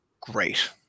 great